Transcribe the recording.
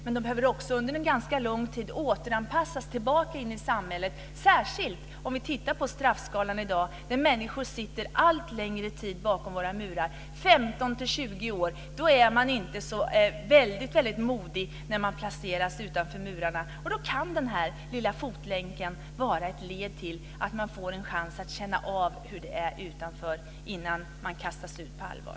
Men de behöver också under en ganska lång tid återanpassas tillbaka in i samhället, särskilt med tanke på att straffskalan i dag är sådan att människor sitter allt längre tid bakom våra murar, 15 20 år. Då är dessa människor inte så väldigt modiga när de placeras utanför murarna. Och då kan denna lilla fotlänk vara ett led i att dessa människor får en chans att känna hur det är utanför fängelset innan de kastas ut på allvar.